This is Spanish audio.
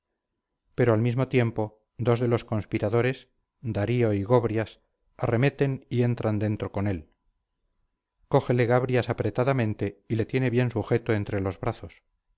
pero al mismo tiempo dos de los conspiradores darío y gobrias arremeten y entran dentro con él cógele gobrias apretadamente y le tiene bien sujeto entre los brazos